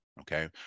Okay